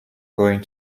going